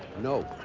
no.